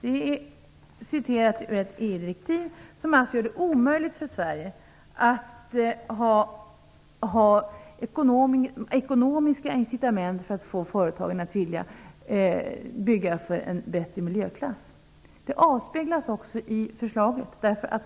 Detta är taget ur ett EU-direktiv som gör det omöjligt för Sverige att ha ekonomiska incitament för att få företagen att vilja bygga för en bättre miljöklass. Det avspeglas också i förslaget.